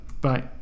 bye